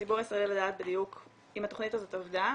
לציבור הישראלי לדעת בדיוק אם התכנית הזאת עבדה,